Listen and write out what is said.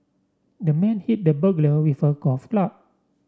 the man hit the burglar with a golf club